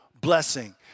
blessing